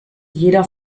jeder